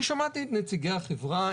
אני שמעתי את נציגי החברה,